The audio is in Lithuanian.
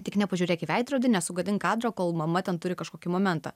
tik nepažiūrėk į veidrodį nesugadink kadro kol mama ten turi kažkokį momentą